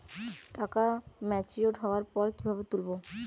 টাকা ম্যাচিওর্ড হওয়ার পর কিভাবে তুলব?